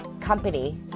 company